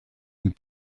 une